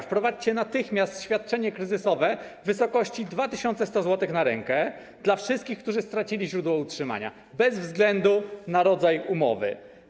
Wprowadźcie natychmiast świadczenie kryzysowe w wysokości 2100 zł na rękę dla wszystkich, którzy stracili źródło utrzymania, bez względu na rodzaj umowy.